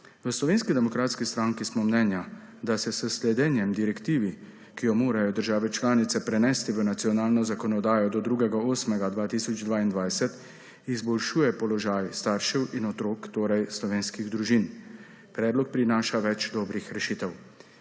V Slovenski demokratski stranki smo mnenja, da se s sledenjem direktivi, ki jo morajo države članice prenesti v nacionalno zakonodajo do 2. 8. 2022 izboljšuje položaj staršev in otrok, torej slovenskih družin. Predlog prinaša več dobrih rešitev.